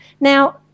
now